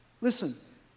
Listen